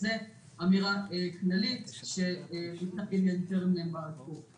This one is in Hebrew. זו אמירה כללית שטרם נאמרה עד כה.